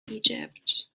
egypt